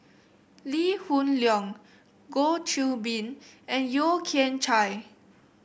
Lee Hoon Leong Goh Qiu Bin and Yeo Kian Chye